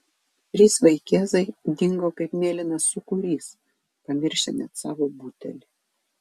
trys vaikėzai dingo kaip mėlynas sūkurys pamiršę net savo butelį